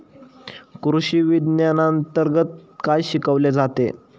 कृषीविज्ञानांतर्गत काय शिकवले जाते?